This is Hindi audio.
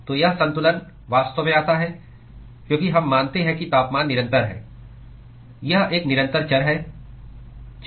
तो यह संतुलन वास्तव में आता है क्योंकि हम मानते हैं कि तापमान निरंतर है यह एक निरंतर चर है